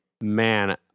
Man